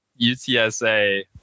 UTSA